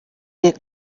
get